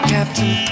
Captain